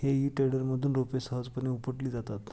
हेई टेडरमधून रोपे सहजपणे उपटली जातात